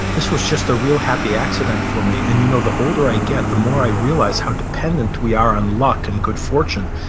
this was just a real happy accident for me. and you know, the older i get, the more i realize how dependent we are on luck and good fortune.